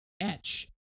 etch